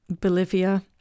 Bolivia